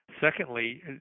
Secondly